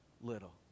little